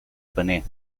paner